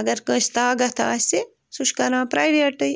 اگر کٲنٛسہِ طاقتھ آسہِ سُہ چھُ کَران پرٛٮ۪ویٹٕے